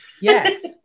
yes